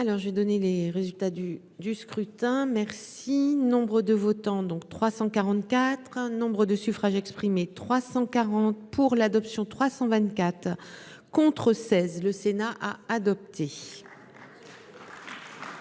Alors j'ai donné les résultats du du scrutin merci nombre de votants donc 344 un nombre de suffrages exprimés, 340 pour l'adoption 324. Contre 16, le Sénat a adopté.